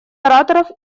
ораторов